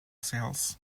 sales